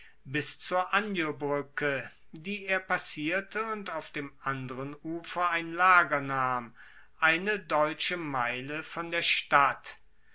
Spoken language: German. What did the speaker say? bis zur aniobruecke die er passierte und auf dem anderen ufer ein lager nahm eine deutsche meile von der stadt